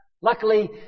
Luckily